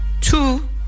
Two